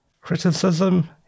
criticism